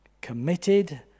committed